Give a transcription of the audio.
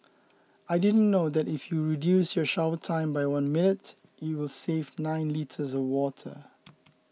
I didn't know that if you reduce your shower time by one minute it will save nine litres of water